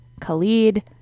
Khalid